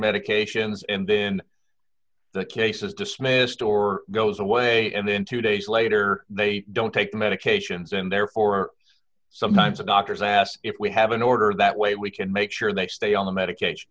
medications and in the case is dismissed or goes away and then two days later they don't take medications and therefore sometimes the doctors asked if we have an order that way we can make sure they stay on the medication